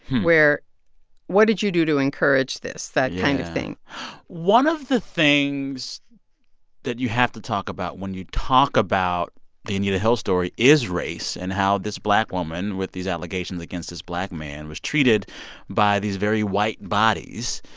where what did you do to encourage this? yeah that kind of thing one of the things that you have to talk about when you talk about the anita hill story is race and how this black woman, with these allegations against this black man, was treated by these very white bodies.